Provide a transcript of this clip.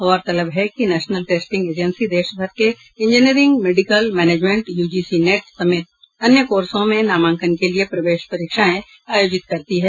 गौरतलब है कि नेशनल टेस्टिंग एजेंसी देशभर के engineering medical management UGC NET समेत अन्य कोर्सों में नामांकन के लिए प्रवेश परीक्षाएं आयोजित करती है